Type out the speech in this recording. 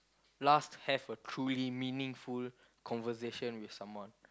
last have a truly meaningful conversation with someone